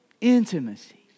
Intimacy